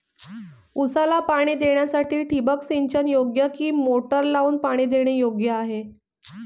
ऊसाला पाणी देण्यासाठी ठिबक सिंचन योग्य कि मोटर लावून पाणी देणे योग्य आहे?